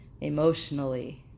Emotionally